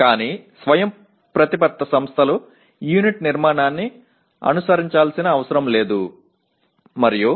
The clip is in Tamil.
ஆனால் தன்னாட்சி அலகு நிறுவனங்கள் அலகு கட்டமைப்பைப் பின்பற்றத் தேவையில்லை